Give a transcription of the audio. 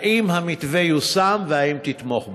האם המתווה ייושם, והאם תתמוך בו?